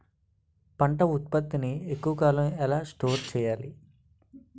పంట ఉత్పత్తి ని ఎక్కువ కాలం ఎలా స్టోర్ చేయాలి?